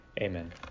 Amen